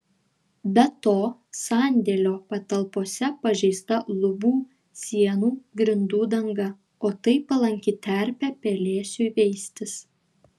be to sandėlio patalpose pažeista lubų sienų grindų danga o tai palanki terpė pelėsiui veistis